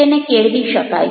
તેને કેળવી શકાય